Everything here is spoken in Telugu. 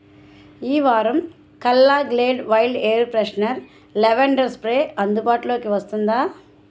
ఈ వారం కల్లా Glade wild air freshener lavender spray అందుబాటులోకి వస్తుందా